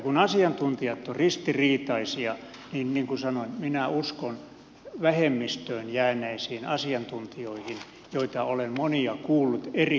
kun asiantuntijat ovat ristiriitaisia niin niin kuin sanoin minä uskon vähemmistöön jääneisiin asiantuntijoihin joita olen monia kuullut eri tahoilta